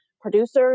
producers